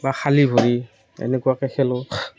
বা খালী ভৰি এনেকুৱাকৈ খেলোঁ